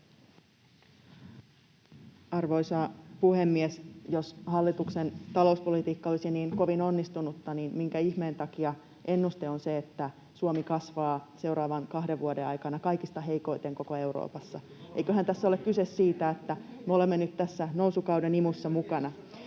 Arvoisa puhemies! Jos hallituksen talouspolitiikka olisi niin kovin onnistunutta, minkä ihmeen takia ennuste on, että Suomi kasvaa seuraavan kahden vuoden aikana kaikista heikoiten koko Euroopassa? Eiköhän tässä ole kyse siitä, että me olemme nyt tässä nousukauden imussa mukana.